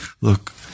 Look